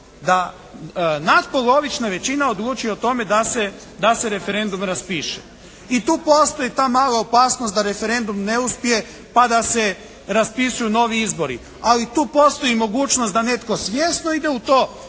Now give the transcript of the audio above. da natpolovična odluči o tome da se referendum raspiše. I tu postoji ta mala opasnost da referendum ne uspije pa da se raspisuju novi izbori, ali tu postoji i mogućnost da netko svjesno ide u to